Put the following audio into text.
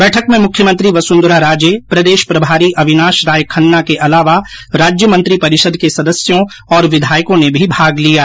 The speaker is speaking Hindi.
बैठक में मुख्यमंत्री वसुंधरा राजे प्रदेष प्रभारी अविनाष राय खन्ना के अलावा राज्य मंत्रीपरिषद के सदस्यों और विधायकों ने भी भाग लिया